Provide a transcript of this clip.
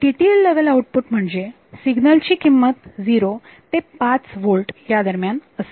TTL level output म्हणजे signal ची किंमत झिरो ते पाच होल्ट या दरम्यान असते